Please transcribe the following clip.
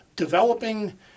developing